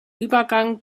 übergang